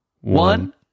one